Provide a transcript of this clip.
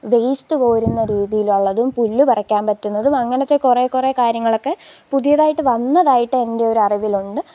waste കോരുന്ന രീതിയിലുള്ളതും പുല്ലു പറിക്കാന് പറ്റുന്നതും അങ്ങനത്തെ കുറേ കുറേ കാര്യങ്ങളൊക്കെ പുതിയതായിട്ടു വന്നതായിട്ട് എന്റെ ഒരറിവിലുണ്ട്